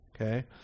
Okay